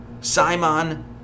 Simon